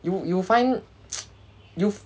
you you find you